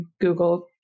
Google